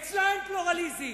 אצלה אין פלורליזם.